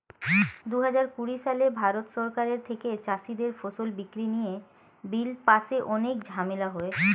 দুহাজার কুড়ি সালে ভারত সরকারের থেকে চাষীদের ফসল বিক্রি নিয়ে বিল পাশে অনেক ঝামেলা হয়